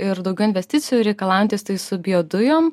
ir daugiau investicijų reikalaujantys tai su biodujom